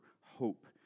hope